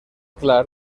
clar